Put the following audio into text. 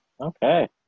Okay